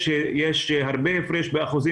יש הרבה הפרש בטעויות.